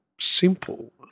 simple